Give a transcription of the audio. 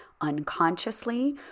unconsciously